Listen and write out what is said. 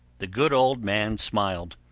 the good old man smiled.